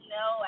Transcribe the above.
no